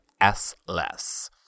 S-less